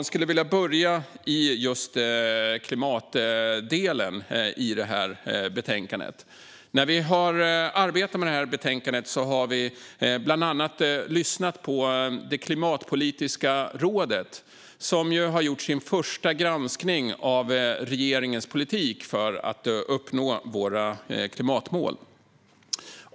Jag skulle vilja börja i klimatdelen i betänkandet. När vi har arbetat med betänkandet har vi bland annat lyssnat på Klimatpolitiska rådet som har gjort sin första granskning av regeringens politik för att uppnå våra klimatmål.